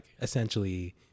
essentially